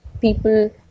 people